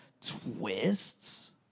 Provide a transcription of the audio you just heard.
Twists